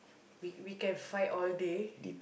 we we can fight all day